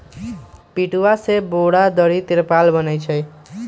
पटूआ से बोरा, दरी, तिरपाल बनै छइ